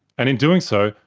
and in doing so,